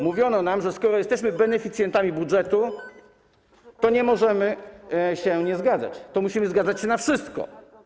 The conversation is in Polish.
Mówiono nam, że skoro jesteśmy beneficjentami budżetu, to nie możemy się nie zgadzać, to musimy zgadzać się na wszystko.